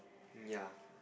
ya